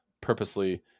purposely